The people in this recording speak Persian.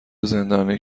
زندانی